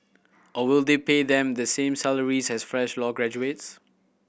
or will they pay them the same salaries as fresh law graduates